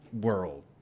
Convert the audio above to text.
world